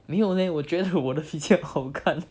没有 leh 我觉得我的比较好看